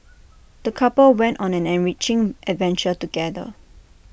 the couple went on an enriching adventure together